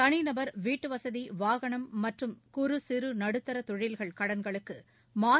தளிநபர் வீட்டு வசதி வாகனம் மற்றும் குறு சிறு நடுத்தர தொழில்கள் கடன்களுக்கு மாறி